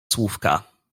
słówka